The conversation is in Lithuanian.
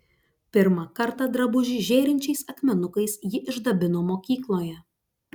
pirmą kartą drabužį žėrinčiais akmenukais ji išdabino mokykloje